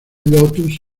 lotus